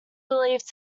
believed